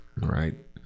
right